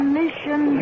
mission